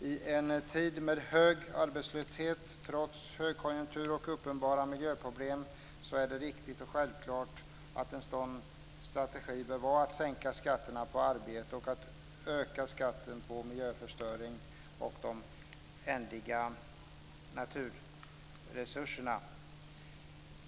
I en tid med hög arbetslöshet trots högkonjunktur och uppenbara miljöproblem är det viktigt och självklart att strategin innebär att man sänker skatterna på arbete och ökar skatten på miljöförstöring och de ändliga naturresurserna.